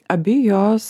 abi jos